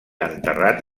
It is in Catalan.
enterrat